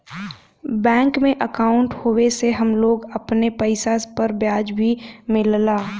bank में अंकाउट होये से हम लोग अपने पइसा पर ब्याज भी मिलला